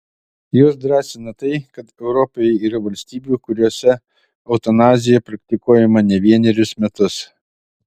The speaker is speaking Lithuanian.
juos drąsina tai kad europoje yra valstybių kuriose eutanazija praktikuojama ne vienerius metus